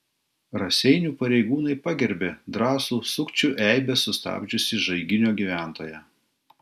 raseinių pareigūnai pagerbė drąsų sukčių eibes sustabdžiusį žaiginio gyventoją